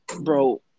Bro